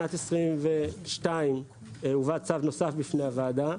בשנת 22 הובא צו נוסף בפני הוועדה,